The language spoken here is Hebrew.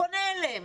פונה אליהם,